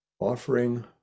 Offering